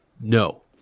No